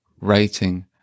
rating